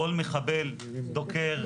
כל מחבל דוקר,